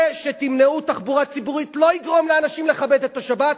זה שתמנעו תחבורה ציבורית לא יגרום לאנשים לכבד את השבת,